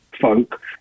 folk